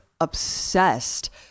obsessed